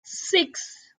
six